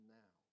now